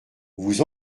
vous